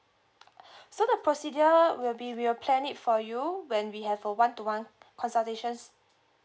so procedure will be we're plan it for you when we have a one to one consultations